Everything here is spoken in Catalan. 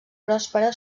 pròspera